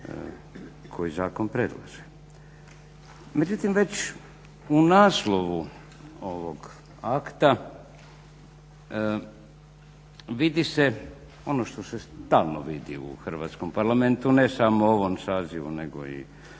koji zakon predlaže. Međutim, već u naslovu ovog akta vidi se ono što se stalno vidi u hrvatskom Parlamentu ne samo ovom sazivu, nego i